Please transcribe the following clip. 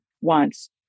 wants